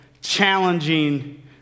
challenging